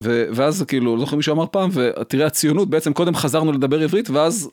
ואז כאילו זוכר מישהו אמר פעם ותראה הציונות בעצם קודם חזרנו לדבר עברית ואז.